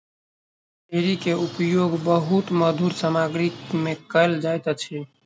cherry के उपयोग बहुत मधुर सामग्री में कयल जाइत अछि